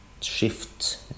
shift